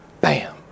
Bam